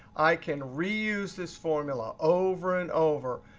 i can reuse this formula over and over.